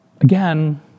Again